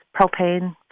propane